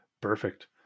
perfect